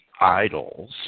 idols